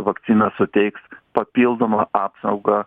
vakcina suteiks papildomą apsaugą